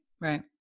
right